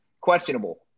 Questionable